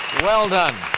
well done.